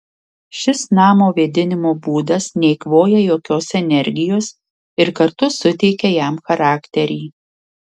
šis namo vėdinimo būdas neeikvoja jokios energijos ir kartu suteikia jam charakterį